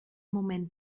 moment